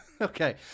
Okay